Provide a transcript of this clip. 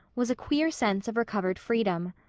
was a queer sense of recovered freedom.